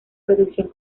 producción